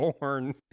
born